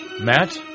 Matt